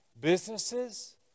businesses